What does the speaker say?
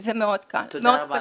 זה מאוד קל, מאוד פשוט.